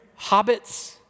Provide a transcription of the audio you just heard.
hobbits